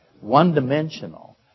one-dimensional